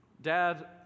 dad